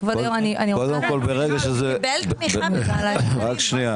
רק שנייה